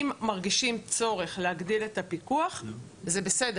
אם מרגישים צורך להגדיל את הפיקוח זה בסדר